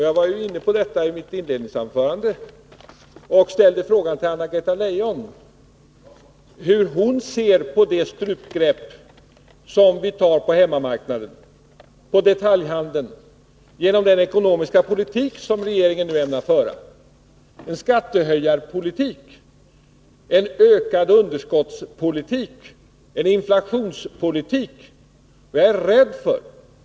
Jag var inne på detta i mitt inledningsanförande, och jag ställde frågan till 21 Anna-Greta Leijon hur hon ser på det strupgrepp som vi tar på hemmamarknaden och detaljhandeln genom den ekonomiska poltitik som regeringen nu ämnar föra — en skattehöjarpolitik, en ökad underskottspolitik, en inflationspolitik.